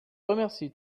remercie